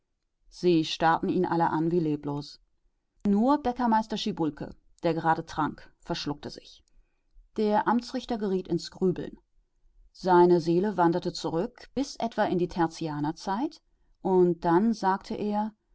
sie starrten ihn alle an wie leblos nur bäckermeister schiebulke der gerade trank verschluckte sich der amtsrichter geriet ins grübeln seine seele wanderte zurück bis etwa in die tertianerzeit und dann sagte er